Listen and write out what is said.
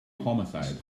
homicide